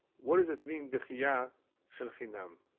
what does it mean bechiya shel chinam,